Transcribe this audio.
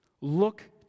Look